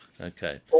Okay